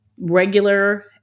regular